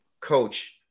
coach